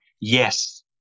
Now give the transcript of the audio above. Yes